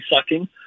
sucking